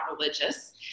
religious